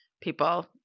people